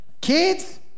Kids